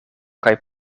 kaj